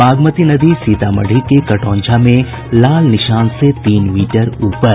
बागमती नदी सीतामढ़ी के कटौंझा में लाल निशान से तीन मीटर ऊपर